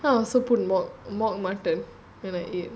I also put mock mock mutton when I eat